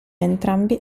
entrambi